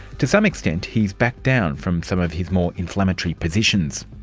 to some extent he's backed down from some of his more inflammatory positions.